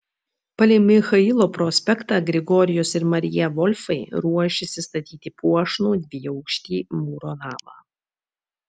palei michailo prospektą grigorijus ir marija volfai ruošėsi statyti puošnų dviaukštį mūro namą